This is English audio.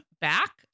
back